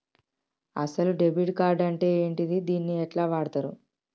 అసలు debit card అంటే ఏంటిది? దీన్ని ఎట్ల వాడుతరు?